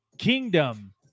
kingdom